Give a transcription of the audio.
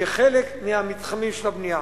כחלק מהמתחמים של הבנייה.